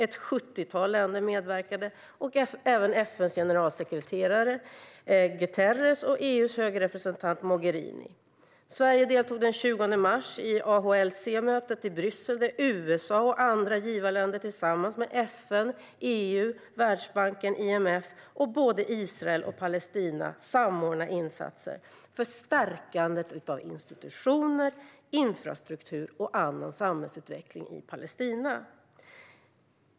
Ett sjuttiotal länder medverkade, liksom FN:s generalsekreterare Guterres och EU:s höga representant Mogherini. Sverige deltog den 20 mars i AHLC-mötet i Bryssel, där USA och andra givarländer tillsammans med FN, EU, Världsbanken, IMF och både Israel och Palestina samordnade insatser för stärkandet av institutioner, infrastruktur och annan samhällsutveckling i Palestina.